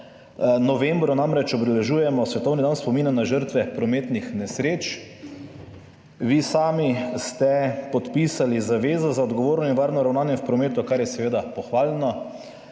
novembru namreč obeležujemo svetovni dan spomina na žrtve prometnih nesreč. Vi sami ste podpisali zavezo za odgovorno in varno ravnanje v prometu, kar je seveda pohvalno.